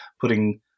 putting